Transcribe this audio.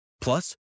Plus